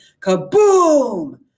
Kaboom